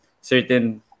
certain